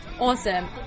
Awesome